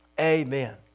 Amen